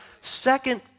Second